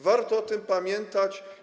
Warto o tym pamiętać.